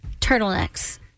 Turtlenecks